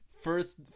first